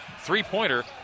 three-pointer